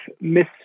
Miss